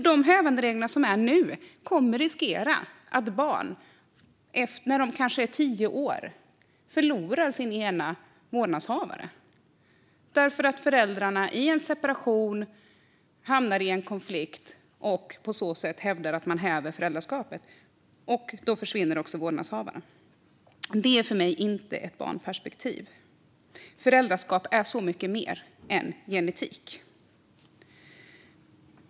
De hävanderegler som nu föreslås riskerar att göra så att barn som kanske är tio år förlorar sin ena vårdnadshavare därför att föräldrarna i en separation hamnar i en konflikt och då hävdar att man häver föräldraskapet. Då försvinner också vårdnadshavaren. Det är för mig inte ett barnperspektiv. Föräldraskap är så mycket mer än genetik.